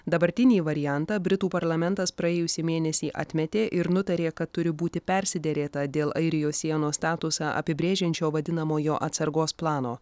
dabartinį variantą britų parlamentas praėjusį mėnesį atmetė ir nutarė kad turi būti persiderėta dėl airijos sienos statusą apibrėžiančio vadinamojo atsargos plano